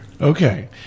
Okay